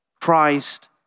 Christ